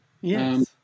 Yes